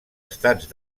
estats